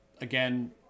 Again